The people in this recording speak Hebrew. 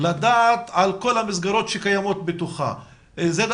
לדעת על כל המסגרות שקיימות אצלה?